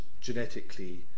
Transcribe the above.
genetically